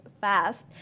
fast